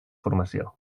formació